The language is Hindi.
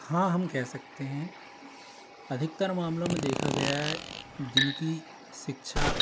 हाँ हम कह सकते हैं अधिकतर मामलों में देखा गया है जिनकी शिक्षा